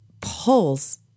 pulls